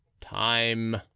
Time